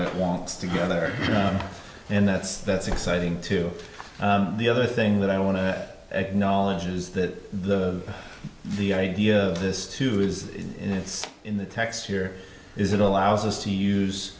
it wants to gather around and that's that's exciting to the other thing that i want to acknowledge is that the the idea of this too is it's in the text here is it allows us to use